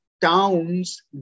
towns